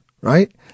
right